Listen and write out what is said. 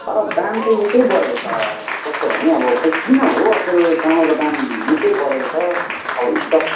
तर दाम चाहिँ निकै बढेको छ कस्तो भने अब खै किन हो अचेल चामलको दाम निकै बढेको छ अब स्टक